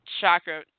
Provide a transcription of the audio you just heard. chakra